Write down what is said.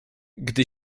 gdy